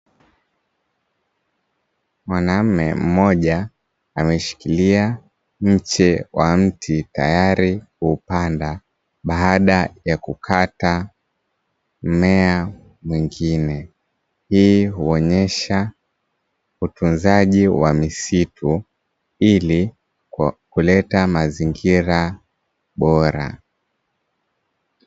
Mwanamme mmoja ameshikilia mche wa mti tayari kuupanda baada ya kukata mmea mwengine. Hii huonyesha utunzaji wa misitu ili kuleta mazingira bora.